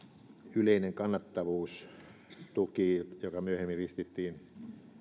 yleinen kannattavuustuki joka myöhemmin ristittiin